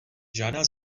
žádná